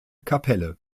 kapelle